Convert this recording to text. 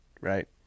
right